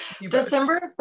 December